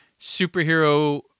superhero